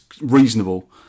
reasonable